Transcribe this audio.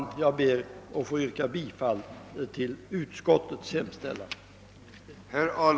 Jag ber att få yrka bifall till utskottets hemställan.